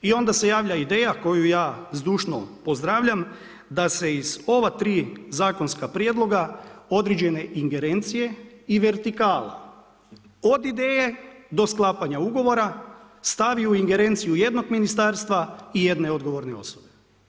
I onda se javlja ideja koju ja zdušno pozdravljam, da se iz ova tri zakonska prijedloga određene ingerencije i vertikala od ideje do sklapanja ugovora stavlja u ingerenciju jednog ministarstva i jedne odgovorne osobe.